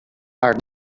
are